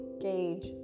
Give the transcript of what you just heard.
gauge